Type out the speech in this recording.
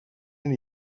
and